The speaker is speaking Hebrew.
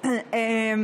היינו?